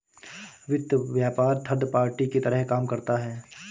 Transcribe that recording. वित्त व्यापार third party की तरह काम करता है